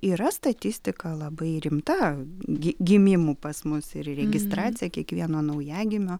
yra statistika labai rimta gi gimimų pas mus ir registracija kiekvieno naujagimio